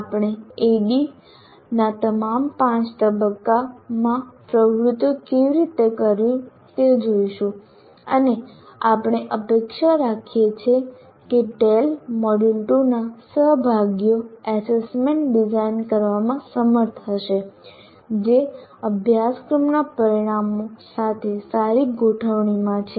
આપણે ADDIE ના તમામ પાંચ તબક્કામાં પ્રવૃત્તિઓ કેવી રીતે કરવી તે જોઈશું અને આપણે અપેક્ષા રાખીએ છીએ કે ટેલ મોડ્યુલ2 ના સહભાગીઓ એસેસમેન્ટ ડિઝાઇન કરવામાં સમર્થ હશે જે અભ્યાસક્રમના પરિણામો સાથે સારી ગોઠવણીમાં છે